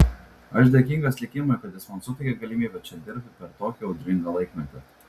aš dėkingas likimui kad jis man suteikė galimybę čia dirbti per tokį audringą laikmetį